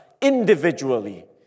individually